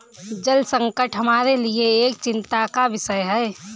जल संकट हमारे लिए एक चिंता का विषय है